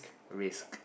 risk